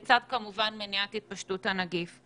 לצד מניעת התפשטות הנגיף.